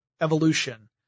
evolution